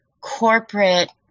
corporate